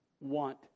want